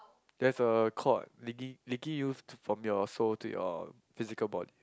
there's a cord leaky leaky used to from your soul to your physical body